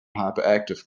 hyperactive